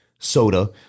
soda